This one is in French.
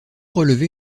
relever